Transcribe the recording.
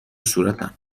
صورتم